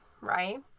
right